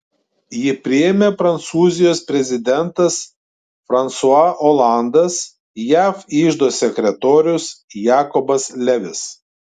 jį priėmė prancūzijos prezidentas fransua olandas jav iždo sekretorius jakobas levis